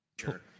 Sure